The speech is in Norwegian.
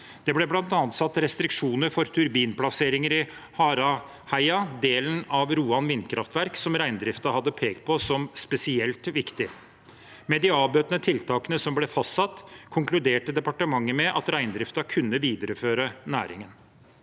Det ble bl.a. satt restriksjoner for turbinplasseringer i Haraheia-delen av Roan vindkraftverk, som reindriften hadde pekt på som spesielt viktig. Med de avbøtende tiltakene som ble fastsatt, konkluderte departementet med at reindriften kunne videreføre næringen.